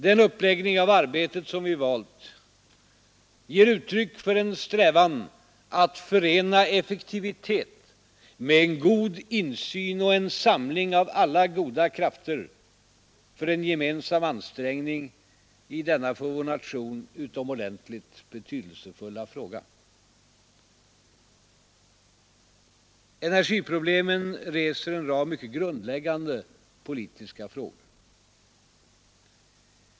Den uppläggning av arbetet som vi valt ger uttryck för en strävan att förena effektivitet med en god insyn och en samling av alla goda krafter för en gemensam ansträngning i denna för vår nation utomordentligt betydelsefulla fråga. Energiproblemen reser en rad mycket grundläggande politiska frågor.